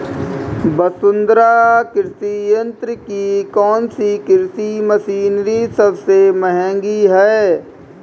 वसुंधरा कृषि यंत्र की कौनसी कृषि मशीनरी सबसे महंगी है?